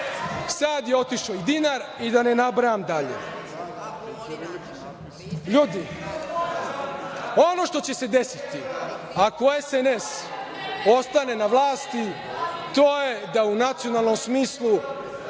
je otišao i dinar i da ne nabrajam dalje. Ljudi, ono što će se desiti ako SNS ostane na vlasti to je da u nacionalnom smislu